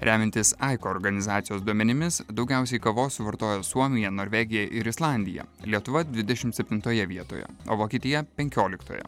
remiantis aiko organizacijos duomenimis daugiausiai kavos suvartoja suomija norvegija ir islandija lietuva dvidešimt septintoje vietoje o vokietija penkioliktoje